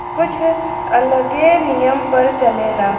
कुछ अलगे नियम पर चलेला